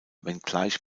wenngleich